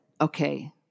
okay